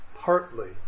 Partly